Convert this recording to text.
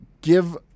give